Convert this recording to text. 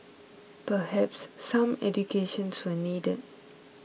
perhaps some education needed